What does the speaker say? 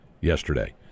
yesterday